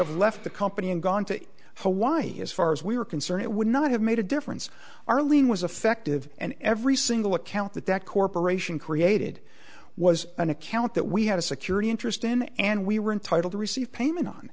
have left the company and gone to hawaii as far as we were concerned it would not have made a difference arleen was affective and every single account that that corporation created was an account that we had a security interest in and we were entitled to receive payment on